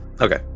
Okay